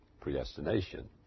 predestination